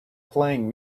playing